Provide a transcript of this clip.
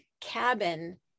cabin